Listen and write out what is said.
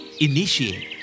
Initiate